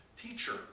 teacher